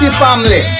family